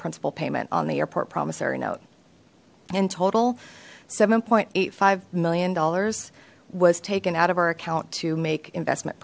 principal payment on the airport promissory note in total seven point eight five million dollars was taken out of our account to make investment